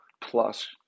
plus